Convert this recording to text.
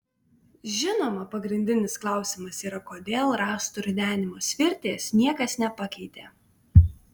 žinoma pagrindinis klausimas yra kodėl rąstų ridenimo svirties niekas nepakeitė